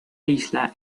isla